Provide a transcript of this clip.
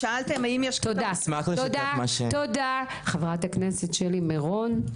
תודה, חברת הכנסת שלי מירון.